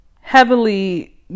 heavily